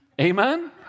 Amen